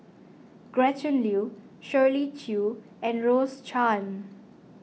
Gretchen Liu Shirley Chew and Rose Chan